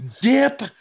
Dip